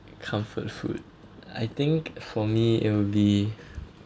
comfort food I think for me it'll be